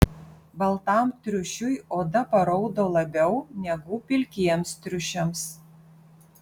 baltam triušiui oda paraudo labiau negu pilkiems triušiams